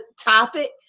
topic